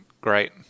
great